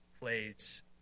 plays